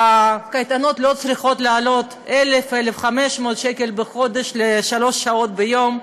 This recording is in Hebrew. שהצהרונים לא צריכים לעלות 1,000 1,500 שקל בחודש לשלוש שעות ביום,